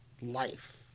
life